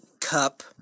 cup